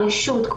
הרשות,